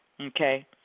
Okay